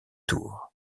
tours